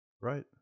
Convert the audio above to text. right